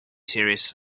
series